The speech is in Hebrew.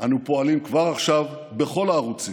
אנו פועלים כבר עכשיו בכל הערוצים,